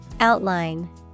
Outline